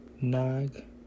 Nag